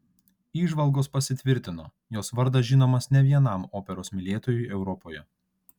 įžvalgos pasitvirtino jos vardas žinomas ne vienam operos mylėtojui europoje